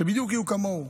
שבדיוק יהיו כמוהו,